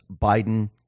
Biden